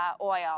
oil